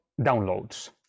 downloads